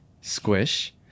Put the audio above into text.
squish